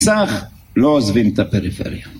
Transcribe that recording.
צח לא עוזבים את הפריפריה.